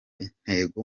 intego